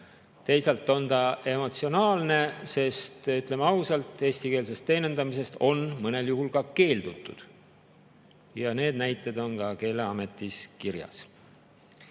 Teisalt on see emotsionaalne, sest, ütleme ausalt, eestikeelsest teenindamisest on mõnel juhul ka keeldutud. Need näited on ka Keeleametis kirjas.